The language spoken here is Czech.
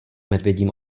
medvědím